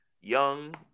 young